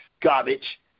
garbage